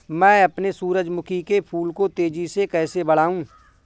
मैं अपने सूरजमुखी के फूल को तेजी से कैसे बढाऊं?